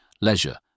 leisure